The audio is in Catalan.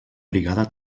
brigada